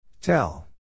Tell